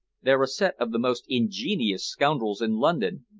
they're a set of the most ingenious scoundrels in london,